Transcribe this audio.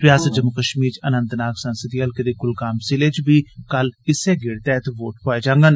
रिआसत जम्मू कश्मीर च अनंतनाग संसदी हलके दे कुलगाम जिले च बी कल इस्सै गेड़ तैहत वोट पुआए जाने न